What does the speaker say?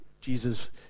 Jesus